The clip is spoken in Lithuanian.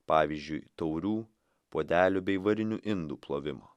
pavyzdžiui taurių puodelių bei varinių indų plovimo